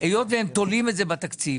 היות והם תולים את זה בתקציב,